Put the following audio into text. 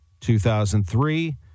2003